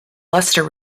luster